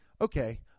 Okay